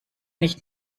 nicht